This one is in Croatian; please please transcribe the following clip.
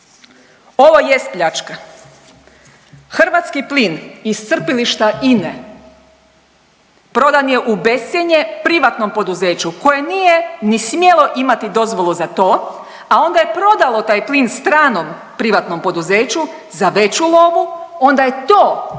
Ovo jest pljačka, hrvatski plin iz crpilišta INA-e prodan je u bescjenje privatnom poduzeću koje ni smjelo imati dozvolu za to a onda je prodalo taj plin stranom privatnom poduzeću za veću lovu. Onda je to strano